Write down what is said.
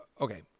Okay